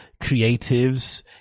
creatives